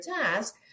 task